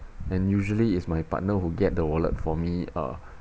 then usually is my partner who get the wallet for me uh